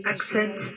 Accent